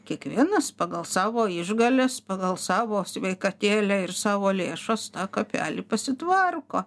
kiekvienas pagal savo išgales pagal savo sveikatėlę ir savo lėšas tą kapelį pasitvarko